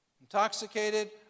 Intoxicated